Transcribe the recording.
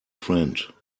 friend